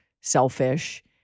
selfish